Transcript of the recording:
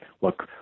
Look